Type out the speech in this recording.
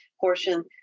portion